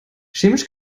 chemisch